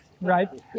right